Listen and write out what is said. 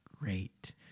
great